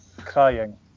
crying